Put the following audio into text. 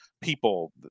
people